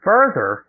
Further